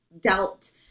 dealt